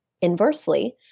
Inversely